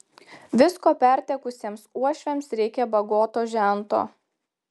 visko pertekusiems uošviams reikia bagoto žento